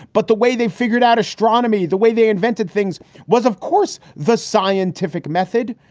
but the way they figured out astronomy, the way they invented things was, of course, the scientific method.